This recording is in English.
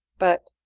but,